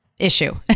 issue